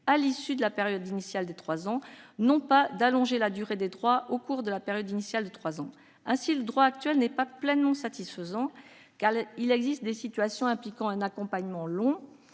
à l'issue de la période initiale des trois ans, non pas d'allonger la durée des droits au cours de la période initiale de trois ans. Aussi le droit actuel n'est-il pas pleinement satisfaisant, car il existe des situations nécessitant un accompagnement long